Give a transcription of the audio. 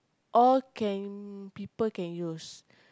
all can people can use